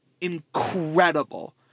incredible